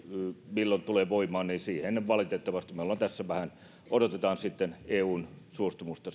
milloin tulee voimaan en valitettavasti me tässä vähän odotamme eun suostumusta